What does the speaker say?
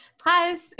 plus